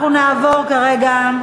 מי נגד,